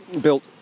built